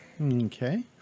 Okay